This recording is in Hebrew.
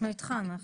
אנחנו איתך.